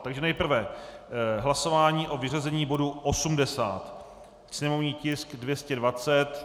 Takže nejprve hlasování o vyřazení bodu 80, sněmovní tisk 220.